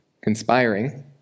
conspiring